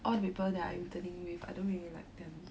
all the people that I'm interning with I don't really like them